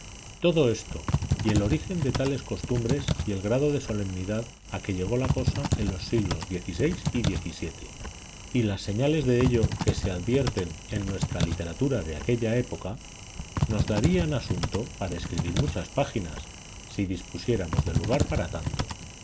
todo esto y el origen de tales costumbres y el grado de solemnidad a que llegó la cosa en los siglos xvi y xvii y las señales de ello que se advierten en nuestra literatura de aquella época nos darían asunto para escribir muchas páginas si dispusiéramos de lugar para tanto